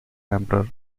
emperor